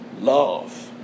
Love